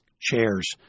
chairs